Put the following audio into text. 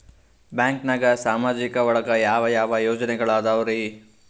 ಬ್ಯಾಂಕ್ನಾಗ ಸಾಮಾಜಿಕ ಒಳಗ ಯಾವ ಯಾವ ಯೋಜನೆಗಳಿದ್ದಾವ್ರಿ?